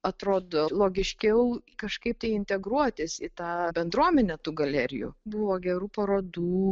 atrodo logiškiau kažkaip tai integruotis į tą bendruomenę tų galerijų buvo gerų parodų